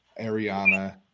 Ariana